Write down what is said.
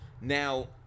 Now